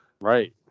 Right